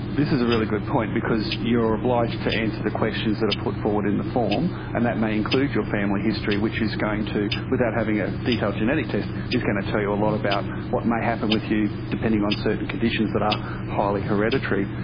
this is a really good point because you are obliged to answer the questions that are put forward in the form, and that may include your family history which is going to, without having a detailed genetic test, is going to tell you a lot about what may happen with you depending on certain conditions that are highly hereditary.